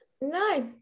no